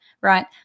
right